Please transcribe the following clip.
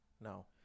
No